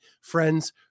friends